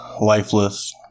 Lifeless